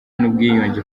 n’ubwiyunge